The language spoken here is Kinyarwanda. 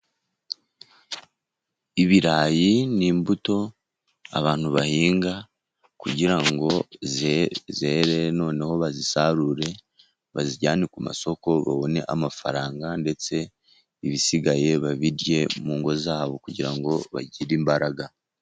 Ibirayi ni imbuto abantu bahinga kugira ngo zere noneho bazisarure bazijyane ku masoko, babone amafaranga ndetse ibisigaye babirye mu ngo zabo, kugira ngo bagire imbaraga.